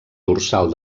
dorsal